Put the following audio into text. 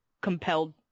compelled